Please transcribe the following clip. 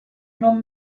non